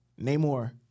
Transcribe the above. Namor